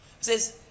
says